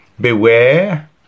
Beware